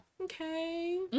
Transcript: Okay